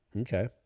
Okay